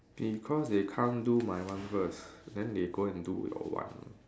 because they can't do my one first then they go and do your one